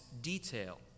detail